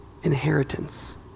Inheritance